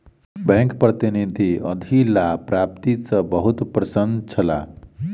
bank प्रतिनिधि अधिलाभ प्राप्ति सॅ बहुत प्रसन्न छला